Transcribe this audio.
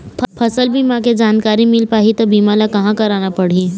फसल बीमा के जानकारी मिल पाही ता बीमा ला कहां करना पढ़ी?